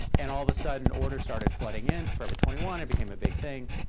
and all of a sudden, orders started flooding in to forever twenty one. it became a big thing.